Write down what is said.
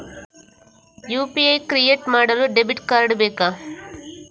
UPI create ಮಾಡಲು debit card ಬೇಕಾ?